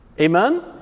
Amen